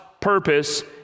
purpose